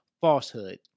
falsehood